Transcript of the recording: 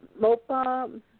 Mopa